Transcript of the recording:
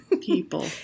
people